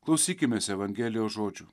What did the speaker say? klausykimės evangelijos žodžių